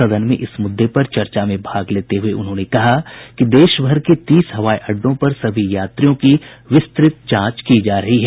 सदन में इस मुद्दे पर चर्चा में भाग लेते हुए उन्होंने कहा कि देश भर के तीस हवाई अड्डों पर सभी यात्रियों की विस्तृत जांच की जा रही है